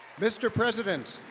mr. president,